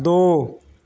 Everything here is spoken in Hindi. दो